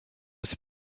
ses